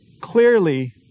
clearly